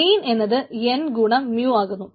മീൻ എന്നത് എൻ ഗുണം മ്യൂ ആകുന്നു